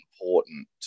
important